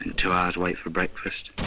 two hours wait for breakfast.